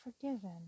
forgiven